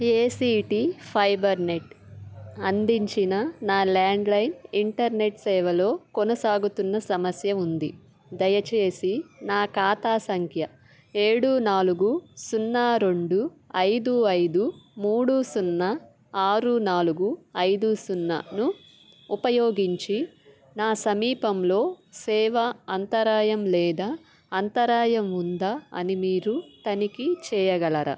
ACT Fibernet అందించిన నా landline internet సేవలో కొనసాగుతున్న సమస్య ఉంది దయచేసి నా ఖాతా సంఖ్య ఏడు నాలుగు సున్నా రెండు ఐదు ఐదు మూడు సున్నా ఆరు నాలుగు ఐదు సున్నాను ఉపయోగించి నా సమీపంలో సేవ అంతరాయం లేదా అంతరాయం ఉందా అని మీరు తనిఖీ చెయ్యగలరా